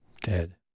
dead